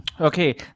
Okay